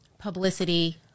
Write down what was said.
publicity